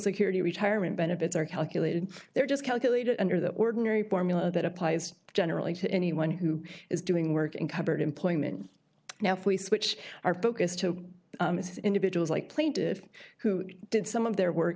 security retirement benefits are calculated they're just calculated under the ordinary formula that applies generally to anyone who is doing work in covered employment now if we switch our focus to individuals like plaintive who did some of their work